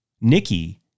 Nikki